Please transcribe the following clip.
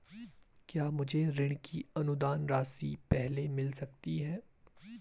क्या मुझे ऋण की अनुदान राशि पहले मिल सकती है?